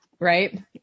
Right